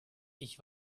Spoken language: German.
ich